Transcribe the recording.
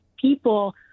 people